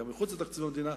גם מחוץ לתקציב המדינה,